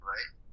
Right